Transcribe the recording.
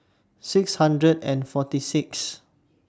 six hundred and forty six